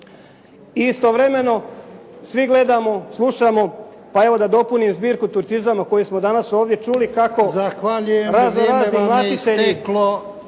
istovremeno svi gledamo i slušamo, pa evo da dopunim zbirku turcizama koje smo danas ovdje čuli kako. **Jarnjak,